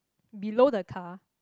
below the car